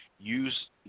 use